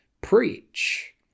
preach